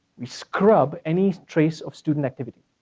we scrub any trace of student activity.